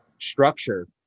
structure